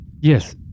Yes